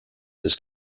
his